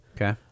Okay